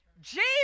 Jesus